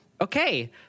okay